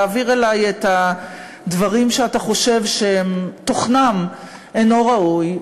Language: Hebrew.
תעביר אלי את הדברים שאתה חושב שתוכנם אינו ראוי,